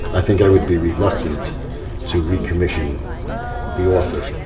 i think i would be reluctant to recommission the author.